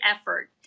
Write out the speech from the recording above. effort